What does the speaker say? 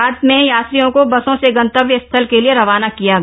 बाद में यात्रियों को बसों से गन्तव्य स्थल के लिए रवाना किया गया